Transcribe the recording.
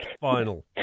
final